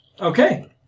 Okay